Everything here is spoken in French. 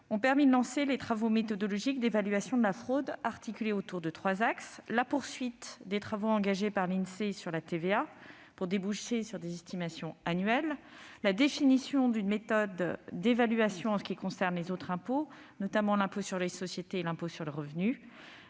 ont permis de lancer les travaux méthodologiques d'évaluation de la fraude, articulés autour de trois axes : la poursuite des travaux engagés par l'Insee sur la TVA pour déboucher sur des estimations annuelles ; la définition d'une méthode d'évaluation en ce qui concerne les autres impôts, notamment l'impôt sur les sociétés et l'impôt sur le revenu